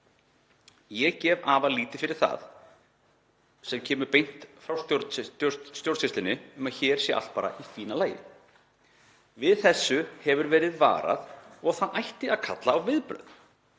Ég gef afar lítið fyrir það sem kemur beint frá stjórnsýslunni um að hér sé allt í fína lagi. Við þessu hefur verið varað og það ætti að kalla á viðbrögð.